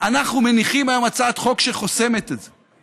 אנחנו מניחים היום הצעת חוק שחוסמת את זה,